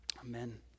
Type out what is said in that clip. amen